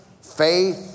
faith